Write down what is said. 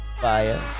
fire